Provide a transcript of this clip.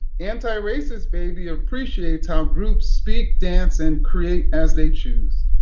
antiracist baby appreciates how groups speak, dance, and create as they choose.